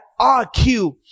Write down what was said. rq